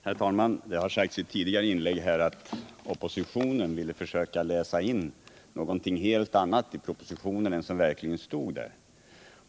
Herr talman! Det har sagts i ett tidigare inlägg här att oppositionen vill försöka läsa in någonting helt annat i propositionen än som verkligen står där.